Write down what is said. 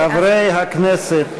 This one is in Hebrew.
חברי הכנסת,